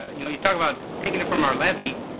you know, you talk about taking it from our levy,